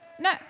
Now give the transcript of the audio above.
No